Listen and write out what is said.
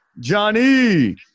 Johnny